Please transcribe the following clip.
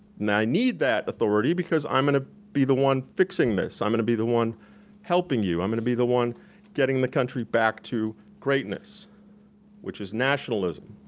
and i need that authority, because i'm gonna be the one fixing this. i'm gonna be the one helping you, i'm gonna be the one getting the country back to greatness which is nationalism.